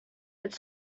het